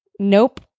Nope